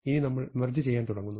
ഇനി നമ്മൾ മെർജ് ചെയ്യാൻ തുടങ്ങുന്നു